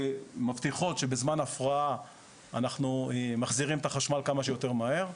והן מבטיחות שבזמן הפרעה אנחנו מחזירים את החשמל כמה שיותר מהר.